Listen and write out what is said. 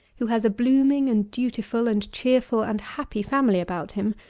who has a blooming and dutiful and cheerful and happy family about him,